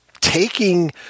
taking